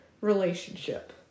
relationship